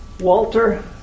Walter